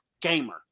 gamer